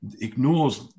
ignores